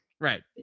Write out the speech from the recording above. Right